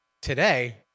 today